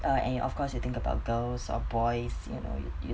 and of course you think about girls or boys you know you you